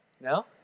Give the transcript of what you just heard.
No